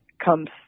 comes